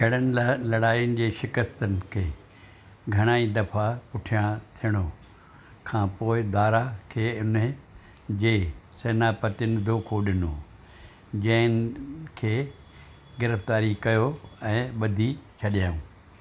छड़नि लड़ायुनि जे शिकस्तनि खे घणा ई दफ़ा पुठियां थियणो खां पोइ दारा खे उन्हे जे सेनापतिनि धोखो ॾिनो जंहिं इनखे गिरफ़्तारी कयो ऐं ॿधी छॾियऊं